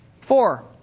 Four